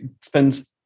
spends